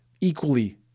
equally